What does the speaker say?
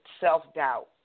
self-doubt